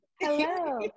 Hello